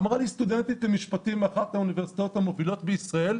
אמרה לי סטודנטית למשפטים מאחת האוניברסיטאות המובילות בישראל,